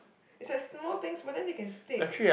is like small things but then they can stick